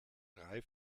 drei